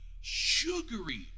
sugary